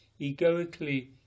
egoically